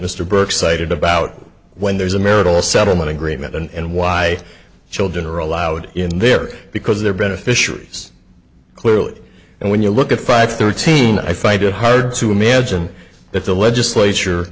mr burke cited about when there's a marital settlement agreement and why children are allowed in there because they're beneficiaries clearly and when you look at five thirteen i find it hard to imagine that the legislature